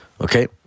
Okay